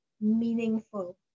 meaningful